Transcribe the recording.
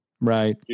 Right